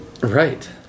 Right